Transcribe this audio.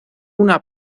una